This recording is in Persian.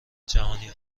جهانی